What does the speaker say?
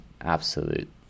absolute